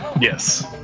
Yes